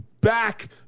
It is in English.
back